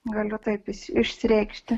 galiu taip išsi išsireikšti